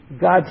God